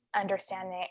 understanding